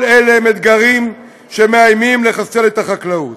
כל אלה הם אתגרים שמאיימים לחסל את החקלאות.